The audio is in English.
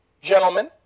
Gentlemen